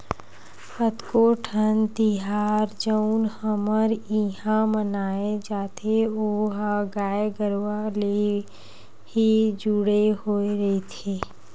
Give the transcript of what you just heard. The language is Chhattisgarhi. कतको ठन तिहार जउन हमर इहाँ मनाए जाथे ओहा गाय गरुवा ले ही जुड़े होय रहिथे